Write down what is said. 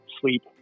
sleep